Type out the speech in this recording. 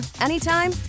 anytime